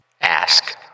Ask